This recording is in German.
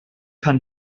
kann